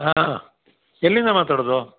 ಹಾಂ ಎಲ್ಲಿಂದ ಮಾತಾಡೋದು